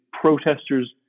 protesters